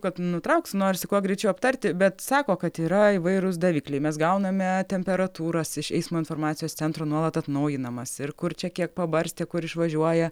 kad nutrauks norisi kuo greičiau aptarti bet sako kad yra įvairūs davikliai mes gauname temperatūras iš eismo informacijos centro nuolat atnaujinamas ir kur čia kiek pabarstė kur išvažiuoja